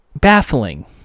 Baffling